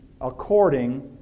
according